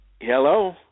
Hello